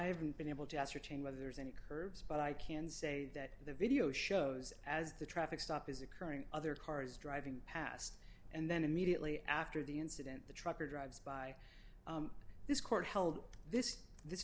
haven't been able to ascertain whether there's any curbs but i can say that the video shows as the traffic stop is occurring other cars driving past and then immediately after the incident the trucker drives by this court held this this